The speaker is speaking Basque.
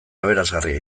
aberasgarria